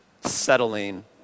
settling